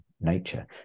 nature